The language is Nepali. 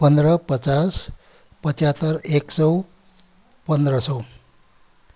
पन्ध्र पचास पच्यात्तर एक सौ पन्ध्र सौ